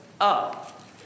up